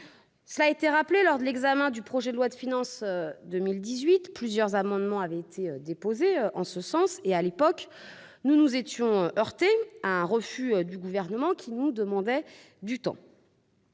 en Algérie. Lors de l'examen du projet de loi de finances pour 2018, plusieurs amendements avaient été déposés en ce sens. À l'époque nous nous étions heurtés à un refus du Gouvernement, qui nous demandait du temps.